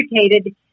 educated